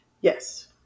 Yes